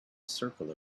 circle